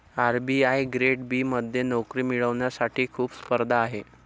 RBI grade B मध्ये नोकरी मिळवण्यासाठी खूप स्पर्धा आहे